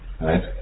Right